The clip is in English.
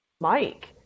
Mike